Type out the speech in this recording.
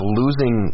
losing